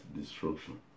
destruction